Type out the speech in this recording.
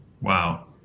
Wow